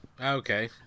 Okay